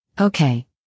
Okay